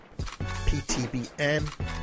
PTBN